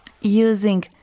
Using